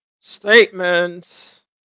Statements